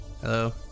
Hello